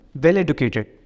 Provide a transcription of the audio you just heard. well-educated